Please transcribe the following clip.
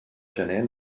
gener